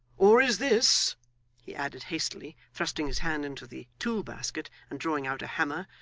or is this he added hastily, thrusting his hand into the tool basket and drawing out a hammer,